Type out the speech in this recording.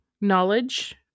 knowledge